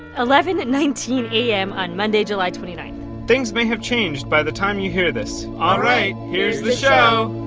eleven nineteen a m. on monday, july twenty nine point things may have changed by the time you hear this all right. here's the show